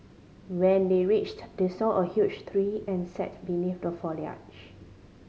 when they reached they saw a huge tree and sat beneath the foliage